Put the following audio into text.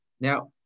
Now